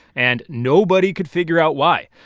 and nobody could figure out why.